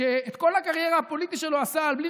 שאת כל הקריירה הפוליטית שלו עשה על "בלי